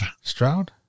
Stroud